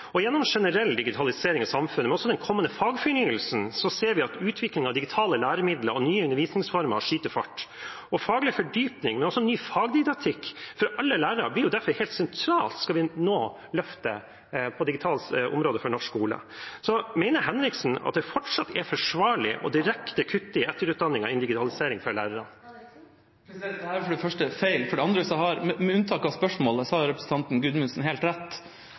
Gjennom generell digitalisering av samfunnet, men også den kommende fagfornyelsen, ser vi at utvikling av digitale læremidler og nye undervisningsformer skyter fart. Faglig fordypning, men også ny fagdidaktikk for alle lærere blir derfor helt sentralt om vi skal få løftet det digitale området i norsk skole. Mener Henriksen det fortsatt er forsvarlig direkte å kutte i etterutdanningen innen digitalisering for lærerne? Først: Dette er feil. Men med unntak av spørsmålet har representanten Gudmundsen helt rett.